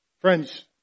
Friends